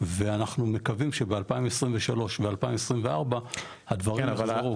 ואנחנו מקווים שב-2023 ו-2024 הדברים יחזרו.